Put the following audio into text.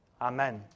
Amen